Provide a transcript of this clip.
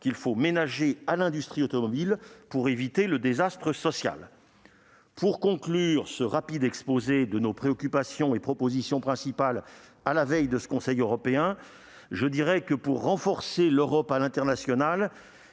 qu'il faut ménager à l'industrie automobile pour éviter le désastre social. Concluant ce rapide exposé de nos préoccupations et propositions principales à la veille de cette réunion du Conseil européen, j'ajouterai que, pour renforcer la position internationale